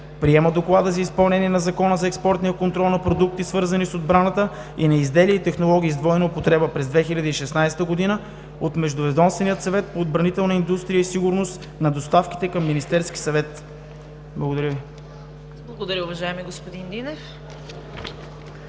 Приема Доклада за изпълнението на Закона за експортния контрол на продукти, свързани с отбраната, и на изделия и технологии с двойна употреба през 2016 г. от Междуведомствения съвет по отбранителна индустрия и сигурност на доставките към Министерския съвет“.“ ПРЕДСЕДАТЕЛ ЦВЕТА КАРАЯНЧЕВА: Благодаря, уважаеми господин Динев.